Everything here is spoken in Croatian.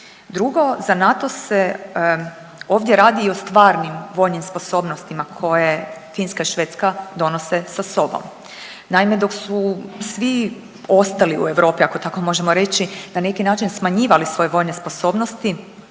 drugo, za NATO se ovdje radi i o stvarnim vojnim sposobnostima koje Finska i Švedska donose sa sobom. Naime, dok su svi ostali u Europi ako tako možemo reći na neki način smanjivali svoje vojne sposobnosti